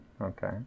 Okay